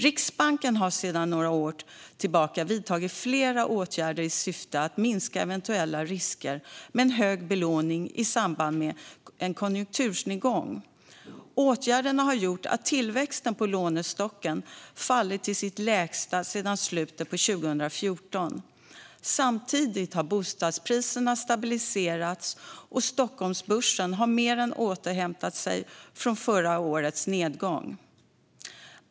Riksbanken har de senaste åren vidtagit flera åtgärder i syfte att minska eventuella risker med hög belåning i samband med konjunkturnedgång. Åtgärderna har gjort att tillväxten på lånestocken fallit till sin lägsta nivå sedan slutet av 2014. Samtidigt har bostadspriserna stabiliserats och Stockholmsbörsen mer än återhämtat sig från förra årets nedgång.